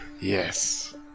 Yes